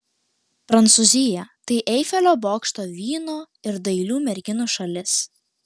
prancūzija tai eifelio bokšto vyno ir dailių merginų šalis